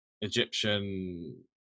Egyptian